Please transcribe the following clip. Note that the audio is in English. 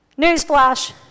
Newsflash